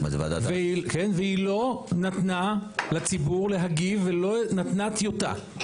והיא לא נתנה לציבור להגיב ולא נתנה טיוטה.